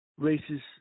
racist